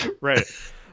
Right